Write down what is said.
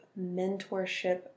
mentorship